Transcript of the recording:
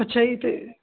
ਅੱਛਾ ਜੀ ਤੇ